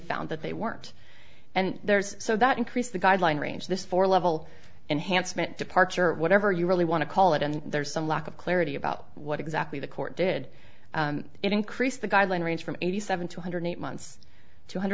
found that they weren't and there's so that increased the guideline range this for level enhanced meant departure or whatever you really want to call it and there's some lack of clarity about what exactly the court did increase the guideline range from eighty seven two hundred eight months two hundred